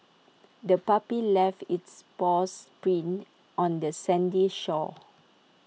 the puppy left its paw sprints on the sandy shore